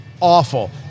Awful